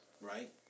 right